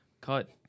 cut